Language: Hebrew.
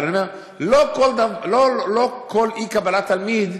אבל אני אומר, לא כל אי-קבלת תלמיד,